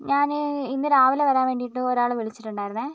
ഞാൻ ഇന്ന് രാവിലെ വരാൻ വേണ്ടീട്ട് ഒരാളെ വിളിച്ചിട്ടുണ്ടായിരുന്നു